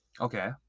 Okay